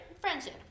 friendship